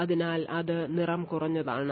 അതിനാൽ അത് നിറം കുറഞ്ഞതാണ്